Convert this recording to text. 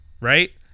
right